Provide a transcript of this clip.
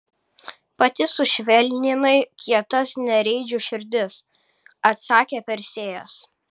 pati sušvelninai kietas nereidžių širdis atsakė persėjas